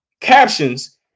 captions